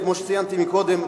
כמו שציינתי קודם,